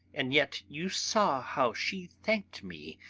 and yet you saw how she thanked me,